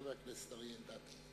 חבר הכנסת אלדד,